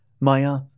Maya